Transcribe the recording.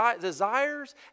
desires